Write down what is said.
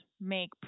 make